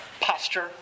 posture